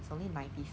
if I'm not wrong